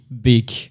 big